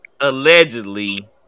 allegedly